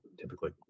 Typically